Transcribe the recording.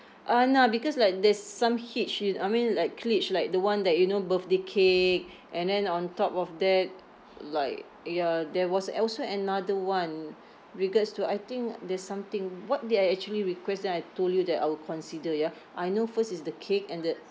uh nah because like there's some hitch in I mean like glitch like the one that you know birthday cake and then on top of that like ya there was also another [one] regards to I think there's something what did I actually request then I told you that I will consider ya I know first is the cake and the